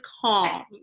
calm